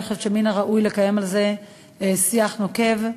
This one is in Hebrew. אני חושבת שמן הראוי לקיים על זה שיח נוקב,